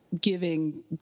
giving